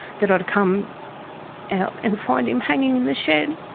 that i'd come out and find him hanging in the shed.